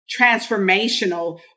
transformational